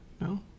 No